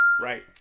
right